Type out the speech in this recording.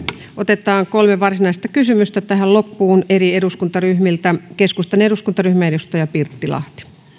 otetaan vielä kolme varsinaista kysymystä tähän loppuun eri eduskuntaryhmiltä keskustan eduskuntaryhmä edustaja pirttilahti